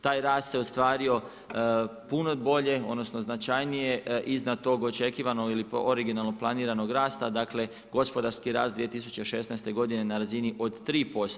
Taj rast, se ostvario puno bolje, odnosno, značajnije iznad tog očekivanog ili originalnog planiranog rasta, dakle, gospodarski rast 2016. godine, na razini od 3%